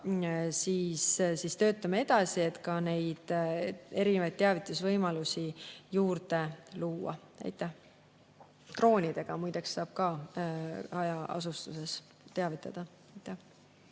töötame edasi, et neid teavitusvõimalusi juurde luua. Droonidega muideks saab ka hajaasustuses teavitada.